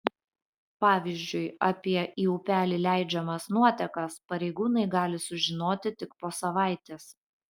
pavyzdžiui apie į upelį leidžiamas nuotekas pareigūnai gali sužinoti tik po savaitės